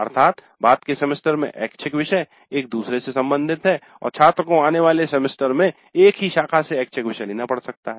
अर्थात बाद के सेमेस्टर में ऐच्छिक विषय एक दूसरे से संबंधित हैं और छात्रों को आने वाले सेमेस्टर में एक ही शाखा से ऐच्छिक विषय लेना पड़ सकता है